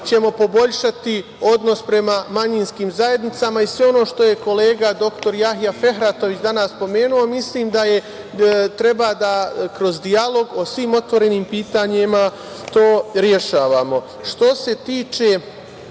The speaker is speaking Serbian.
ćemo poboljšati odnos prema manjinskim zajednicama i sve ono što je kolega doktor Jahja Fehratović danas pomenuo, mislim da treba kroz dijalog o svim otvorenim pitanjima to rešavati. Što